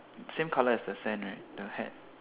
same color as the sand right the hat